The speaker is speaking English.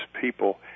people